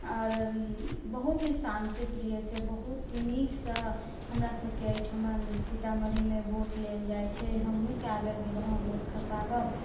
आओर बहुत ही शान्ति प्रियसँ बहुत नीकसँ हमरा सभके एहिठाम सीतामढ़ीमे वोट लेल जाइ छै हमहुँ कएक बेर गेलौंहुँ हैं वोट खसाबऽ